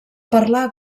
parlar